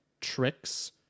tricks